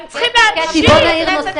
הם צריכים להמשיך לעבוד.